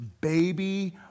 baby